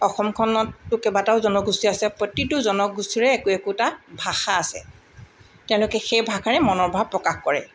অসমখনততো কেইবাটাও জনগোষ্ঠী আছে প্ৰতিটো জনগোষ্ঠীৰে একো একোটা ভাষা আছে তেওঁলোকে সেই ভাষাৰে মনৰ ভাৱ প্ৰকাশ কৰে